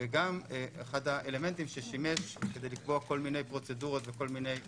אחד האלמנטים ששימשו כדי לקבוע כל מיני פרוצדורות וכל מיני הליכים,